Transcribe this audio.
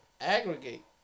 Aggregate